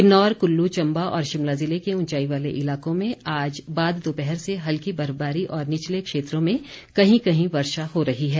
किन्नौर कुल्लू चम्बा और शिमला ज़िले के ऊंचाई वाले इलाकों में आज बाद दोपहर से हल्की बर्फबारी और निचले क्षेत्रों में कहीं कहीं वर्षा हो रही है